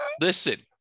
Listen